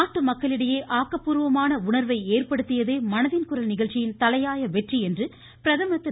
நாட்டு மக்களிடையே ஆக்கப்பூர்வமான உணர்வை ஏற்படுத்தியதே மனதின் குரல் நிகழ்ச்சியின் தலையாய வெற்றி என்று பிரதமர் திரு